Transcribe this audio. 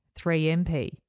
3MP